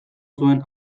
zuen